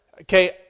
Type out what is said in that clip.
okay